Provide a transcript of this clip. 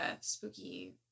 spooky